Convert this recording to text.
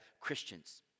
Christians